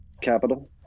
capital